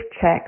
check